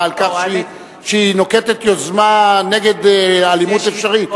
על כך שהיא נוקטת יוזמה נגד אלימות אפשרית.